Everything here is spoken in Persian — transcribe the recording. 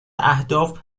اهداف